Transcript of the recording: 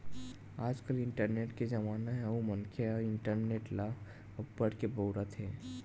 आजकाल इंटरनेट के जमाना हे अउ मनखे ह इंटरनेट ल अब्बड़ के बउरत हे